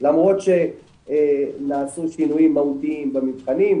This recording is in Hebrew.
למרות שנעשו שינויים מהותיים במבחנים,